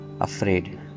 afraid